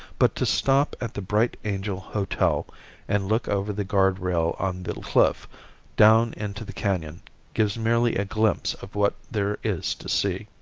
but to stop at the bright angel hotel and look over the guard rail on the cliff down into the canon gives merely a glimpse of what there is to see.